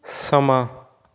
ਸਮਾਂ